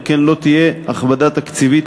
על כן לא תהיה הכבדה תקציבית,